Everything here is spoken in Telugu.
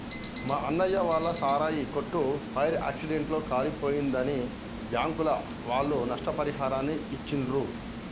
మా అన్నయ్య వాళ్ళ సారాయి కొట్టు ఫైర్ యాక్సిడెంట్ లో కాలిపోయిందని బ్యాంకుల వాళ్ళు నష్టపరిహారాన్ని ఇచ్చిర్రు